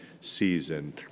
season